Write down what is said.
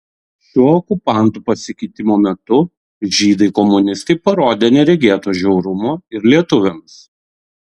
šiuo okupantų pasikeitimo metu žydai komunistai parodė neregėto žiaurumo ir lietuviams